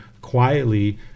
quietly